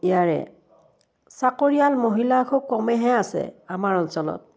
ইয়াৰে চাকৰিয়াল মহিলা খুব কমেইহে আছে আমাৰ অঞ্চলত